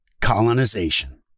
Colonization